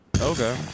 Okay